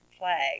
flag